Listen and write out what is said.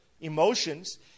emotions